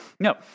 No